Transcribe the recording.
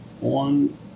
on